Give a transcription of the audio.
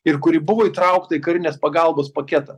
ir kuri buvo įtraukta į karinės pagalbos paketą